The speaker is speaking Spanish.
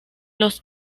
los